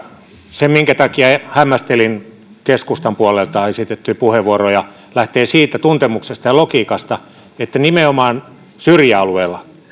se minkä takia hämmästelin keskustan puolelta esitettyjä puheenvuoroja lähtee siitä tuntemuksesta ja logiikasta että nimenomaan syrjäalueilla